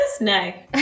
No